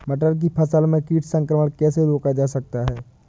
मटर की फसल में कीट संक्रमण कैसे रोका जा सकता है?